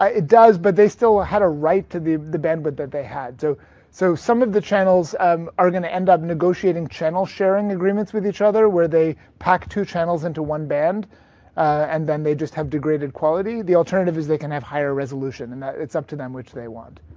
ah it does, but they still ah had a right to the the bandwidth that they had. so, some of the channels um are going to end up negotiating channel sharing agreements with each other where they pack two channels into one band and then they just have degraded quality. the alternative is they can have higher resolution and it's up to them which they want.